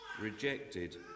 rejected